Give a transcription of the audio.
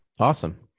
Awesome